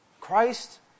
Christ